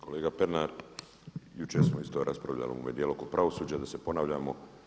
Kolega Pernar, jučer smo isto raspravljali u onom djelu oko pravosuđa da se ponavljamo.